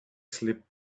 slipped